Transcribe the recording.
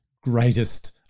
greatest